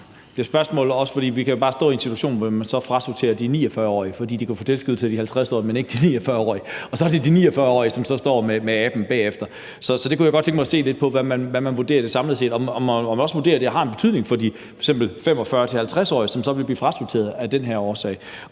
er jo, om vi kan komme til at stå i en situation, hvor man så bare frasorterer de 49-årige, fordi virksomhederne kan få tilskud til de 50-årige, men ikke til de 49-årige, og så er det de 49-årige, som så står med aben bagefter. Så jeg kunne jeg godt tænke mig at se lidt på, hvordan man vurderer det samlet set; også om man vurderer, at det har en betydning for f.eks. de 45-50-årige, som så vil blive frasorteret af den her årsag.